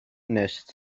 nest